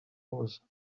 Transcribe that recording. roses